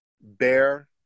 bear